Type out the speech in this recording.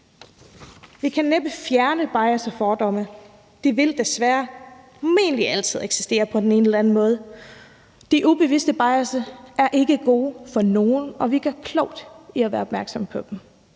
Vi kan næppe fjerne bias og fordomme, og de vil desværre formentlig altid eksistere på den ene eller den anden måde. De ubevidste bias er ikke gode for nogen, og vi gør klogt i at være opmærksomme på dem,